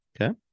Okay